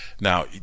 now